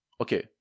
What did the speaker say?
Okay